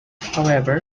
however